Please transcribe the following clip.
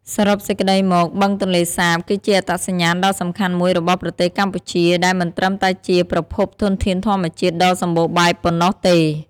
សរុបសេចក្តីមក បឹងទន្លេសាបគឺជាអត្តសញ្ញាណដ៏សំខាន់មួយរបស់ប្រទេសកម្ពុជា ដែលមិនត្រឹមតែជាប្រភពធនធានធម្មជាតិដ៏សម្បូរបែបប៉ុណ្ណោះទេ។